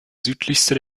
südlichste